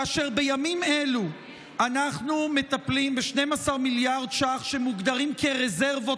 כאשר בימים אלו אנחנו מטפלים ב-12 מיליארד שקלים שמוגדרים כרזרבות,